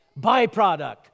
byproduct